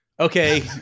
Okay